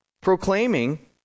proclaiming